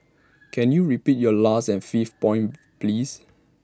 can you repeat your last and fifth point please